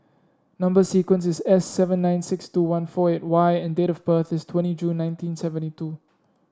number sequence is S seven nine six two one four eight Y and date of birth is twenty June nineteen seventy two